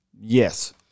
Yes